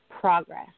progress